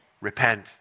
Repent